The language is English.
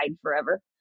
forever